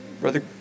brother